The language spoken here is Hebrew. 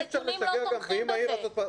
הנתונים לא תומכים בזה.